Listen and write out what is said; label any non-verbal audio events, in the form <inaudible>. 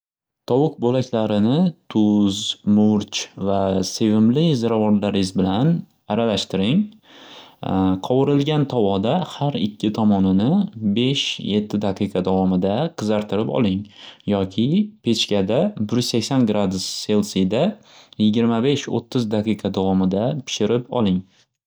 Tovuq bo'laklarini tuz, murch va sevimli ziravorlariz bilan aralashtiring <hesitation> qovurilgan tovada xar ikki tomonini besh yetti daqiqa davomida qizartirib oling yoki pechkada bir yuz sakson gradusda selsiyda yigirma besh o'ttiz daqiqa davomida pishirib oling.